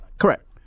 Correct